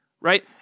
right